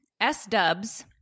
S-dubs